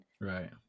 Right